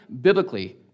biblically